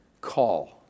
call